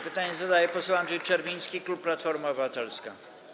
Pytanie zadaje poseł Andrzej Czerwiński, klub Platforma Obywatelska.